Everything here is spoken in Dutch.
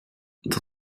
tot